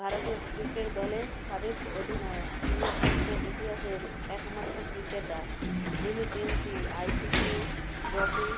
ভারতীয় ক্রিকেট দলের সাবেক অধিনায়ক তিনি ক্রিকেট ইতিহাসের একমাত্র ক্রিকেটার যিনি তিনটি আইসিসি ট্রফি